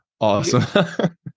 awesome